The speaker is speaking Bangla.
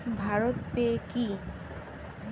ভারত পে কি?